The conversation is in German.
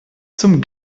zum